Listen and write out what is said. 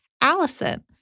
Allison